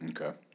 Okay